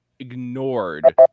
ignored